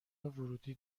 ورودی